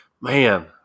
man